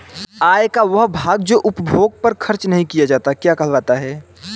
आय का वह भाग जो उपभोग पर खर्च नही किया जाता क्या कहलाता है?